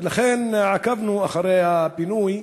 ולכן עקבנו אחרי הפינוי,